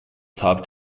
top